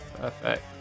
Perfect